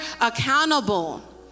accountable